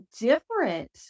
different